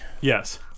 Yes